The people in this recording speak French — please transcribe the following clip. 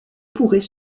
pourrait